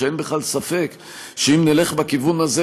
שאין בכלל ספק שאם נלך בכיוון הזה,